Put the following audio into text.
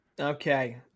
Okay